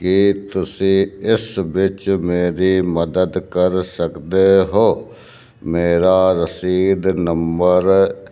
ਕੀ ਤੁਸੀਂ ਇਸ ਵਿੱਚ ਮੇਰੀ ਮਦਦ ਕਰ ਸਕਦੇ ਹੋ ਮੇਰਾ ਰਸੀਦ ਨੰਬਰ